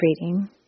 reading